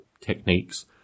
techniques